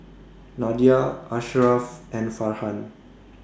Nadia Asharaff and Farhan